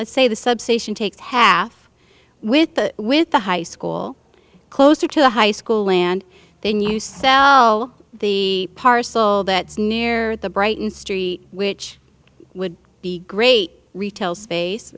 let's say the substation takes half with the with the high school closer to the high school land then you sell the parcel that's near the brighton street which would be great retail space